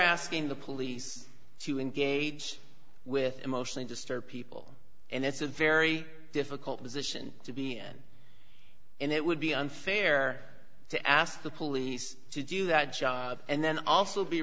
asking the police to engage with emotionally disturbed people and that's a very difficult position to be n and it would be unfair to ask the police to do that and then also be